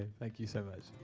thank you so much.